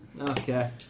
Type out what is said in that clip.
Okay